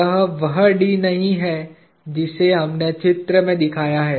यह वह d नहीं है जिसे हमने चित्र में दिखाया है